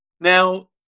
Now